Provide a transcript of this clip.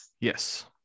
Yes